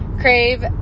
Crave